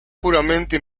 puramente